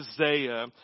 Isaiah